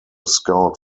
scout